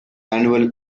annual